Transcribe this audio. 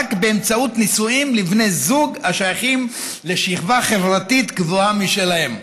באמצעות נישואים לבני זוג השייכים לשכבה חברתית גבוהה משלהם.